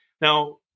Now